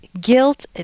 guilt